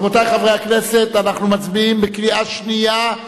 רבותי חברי הכנסת, אנחנו מצביעים בקריאה שנייה.